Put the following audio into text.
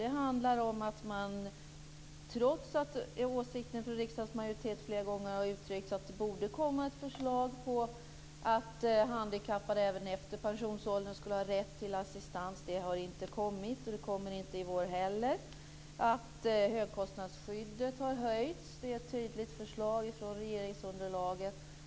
Det handlar om att det, trots att det flera gånger har uttryckts en åsikt av riksdagsmajoriteten om att det borde komma ett förslag om att handikappade även efter pensionsåldern skulle ha rätt till assistans, inte har kommit något förslag. Det kommer inte i vår heller. Höjning av högkostnadsskyddet är ett tydligt förslag från regeringsunderlaget.